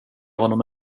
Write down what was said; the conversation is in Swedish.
honom